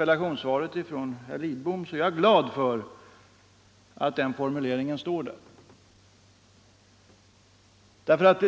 är glad över herr Lidboms formulering i slutet på interpellationssvaret.